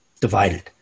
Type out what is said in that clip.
divided